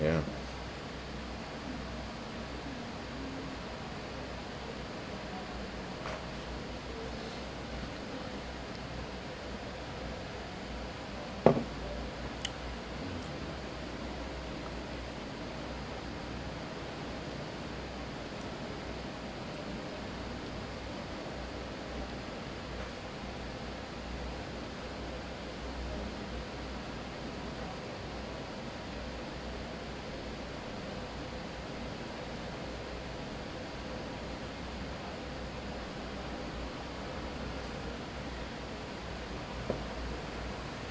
ya